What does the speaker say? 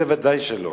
זה ודאי שלא,